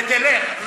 ותלך.